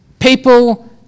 People